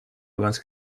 abans